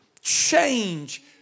change